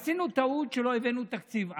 עשינו טעות שלא הבאנו תקציב אז.